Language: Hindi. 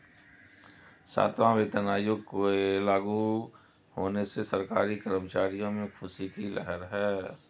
सातवां वेतन आयोग के लागू होने से सरकारी कर्मचारियों में ख़ुशी की लहर है